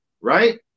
right